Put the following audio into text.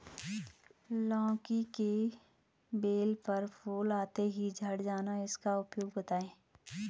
लौकी की बेल पर फूल आते ही झड़ जाना इसका उपाय बताएं?